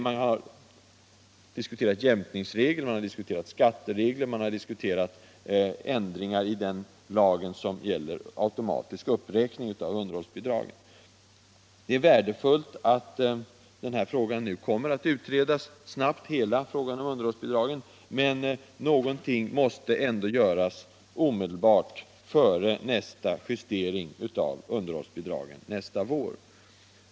Man har diskuterat jämkningsregler, skatteregler och ändringar i lagen om automatisk uppräkning av underhållsbidrag. Det är värdefullt att hela frågan om underhållsbidragen nu kommer att utredas snabbt. Men någonting måste ändå göras omedelbart, före justeringen av underhållsbidragen nästa vår.